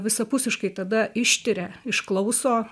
visapusiškai tada ištiria išklauso